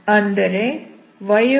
ಅಂದರೆ yxyHxyp